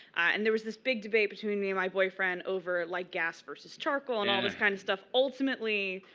and there was this big debate between me and my boyfriend over like gas versus charcoal and all this kind of stuff. ultimately,